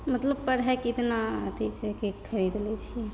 मतलब पढ़ैके इतना अथी छै कि खरीद लै छियै